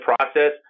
process